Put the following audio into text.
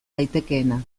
daitekeena